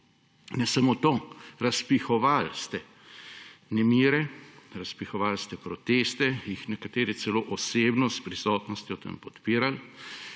Ne samo to! Razpihovali ste nemire, razpihovali ste proteste, jih nekateri celo osebno, s prisotnostjo tam podpirali